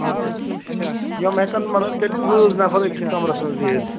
اَدٕ یِم ہٮ۪کن مطلب تیٚلہِ زٕ زٕ نفر أکِس کمرس منٛز بِہِتھ